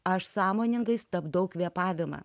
aš sąmoningai stabdau kvėpavimą